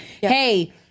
Hey